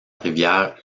rivière